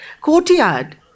courtyard